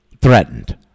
threatened